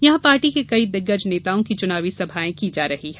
यहां पार्टी के कई दिग्गज नेताओं की चुनावी सभायें की जा रही हैं